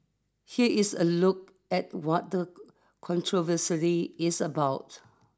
here is a look at what the controversary is about